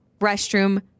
restroom